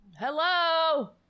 Hello